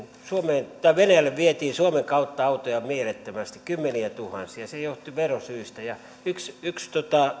venäjälle vietiin suomen kautta autoja mielettömästi kymmeniätuhansia se johtui verosyistä ja yksi yksi